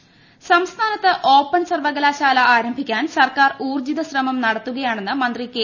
ജലീൽ സംസ്ഥാനത്ത് ഓപ്പൺ സർവകലാശ്രൂർല് ആരംഭിക്കാൻ സർക്കാർ ഊർജ്ജിത ശ്രമം നടത്തുകയാണ്ണ് മന്ത്രി കെ